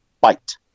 bite